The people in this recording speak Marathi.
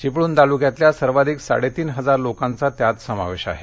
चिपळूण तालुक्यातल्या सर्वाधिक साडेतीन हजार लोकांचा त्यात समावेश आहे